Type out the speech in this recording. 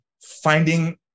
finding